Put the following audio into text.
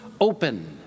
open